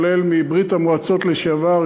כולל מברית-המועצות לשעבר,